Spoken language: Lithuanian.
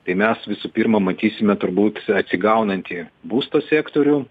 tai mes visų pirma matysime turbūt atsigaunantį būsto sektorių